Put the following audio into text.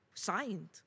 Signed